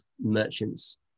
merchants